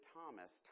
Thomas